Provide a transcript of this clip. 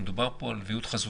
מדובר פה על ויעוד חזותי,